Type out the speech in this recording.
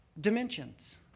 dimensions